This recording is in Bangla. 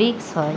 রিস্ক হয়